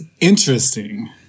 interesting